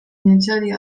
niedzieli